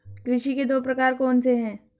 कृषि के दो प्रकार कौन से हैं?